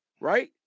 right